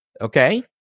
Okay